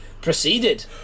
proceeded